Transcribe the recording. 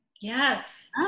Yes